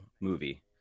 movie